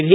V